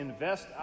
invest